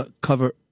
cover